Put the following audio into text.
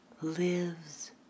lives